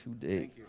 today